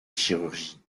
chirurgie